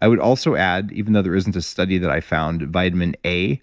i would also add, even though there isn't a study that i found, vitamin a